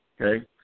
Okay